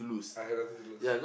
I had nothing to lose